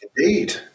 Indeed